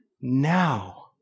now